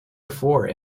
before